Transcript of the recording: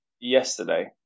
yesterday